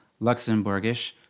Luxembourgish